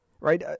right